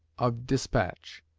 of despatch,